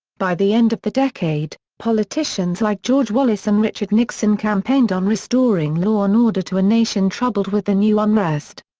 by the end of the decade, politicians like george wallace and richard nixon campaigned on restoring law and order to a nation troubled with the new unrest.